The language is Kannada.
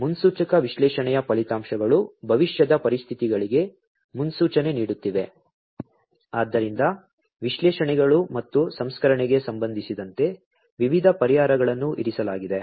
ಮುನ್ಸೂಚಕ ವಿಶ್ಲೇಷಣೆಯ ಫಲಿತಾಂಶಗಳು ಭವಿಷ್ಯದ ಪರಿಸ್ಥಿತಿಗಳಿಗೆ ಮುನ್ಸೂಚನೆ ನೀಡುತ್ತಿವೆ ಆದ್ದರಿಂದ ವಿಶ್ಲೇಷಣೆಗಳು ಮತ್ತು ಸಂಸ್ಕರಣೆಗೆ ಸಂಬಂಧಿಸಿದಂತೆ ವಿವಿಧ ಪರಿಹಾರಗಳನ್ನು ಇರಿಸಲಾಗಿದೆ